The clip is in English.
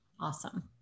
Awesome